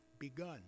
begun